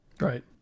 Right